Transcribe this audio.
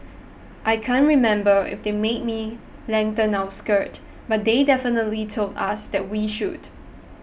I can't remember if they made me lengthen our skirt but they definitely told us that we should